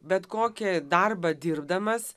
bet kokį darbą dirbdamas